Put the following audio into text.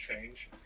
change